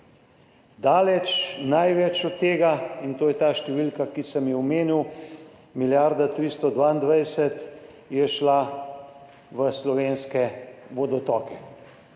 največ od tega, in to je ta številka, ki sem jo omenil, milijarda 322 je šla v slovenske vodotoke.